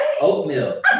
Oatmeal